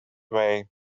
way